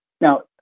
Now